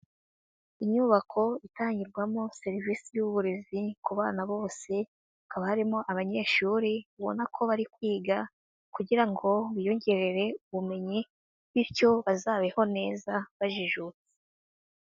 Inyubako itangirwamo serivisi y'uburezi ku bana bose, hakaba harimo abanyeshuri ubona ko bari kwiga kugira ngo biyongerere ubumenyi bityo bazabeho neza bajijutse.